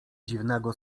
dziwnego